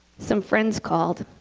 some friends called,